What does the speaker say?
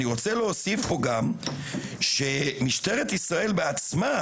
אני רוצה להוסיף פה גם שמשטרת ישראל בעצמה